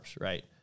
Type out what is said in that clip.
Right